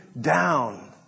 down